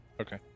Okay